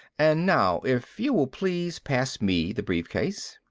and now, if you will please pass me the briefcase